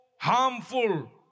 harmful